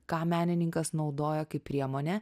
ką menininkas naudoja kaip priemonę